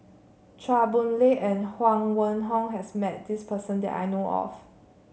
Chua Boon Lay and Huang Wenhong has met this person that I know of